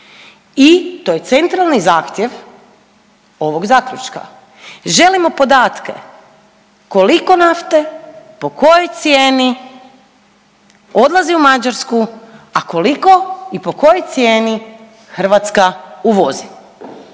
i to je centralni zahtjev ovog zaključka. Želimo podatke koliko nafte, po kojoj cijeni odlazi u Mađarsku, a koliko i po kojoj cijeni Hrvatska uvozi.